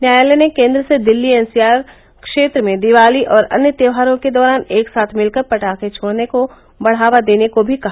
न्यायालय ने केन्द्र से दिल्ली एन सी आर क्षेत्र में दिवाली और अन्य त्योहारों के दौरान एक साथ मिलकर पटाखे छोड़ने को बढ़ावा देने को भी कहा